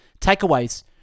Takeaways